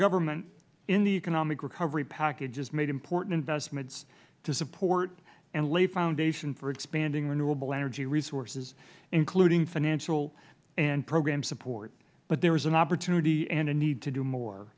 government in the economic recovery package has made important investments to support and lay foundation for expanding renewable energy resources including financial and program support but there is an opportunity and a need to do more